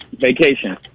Vacation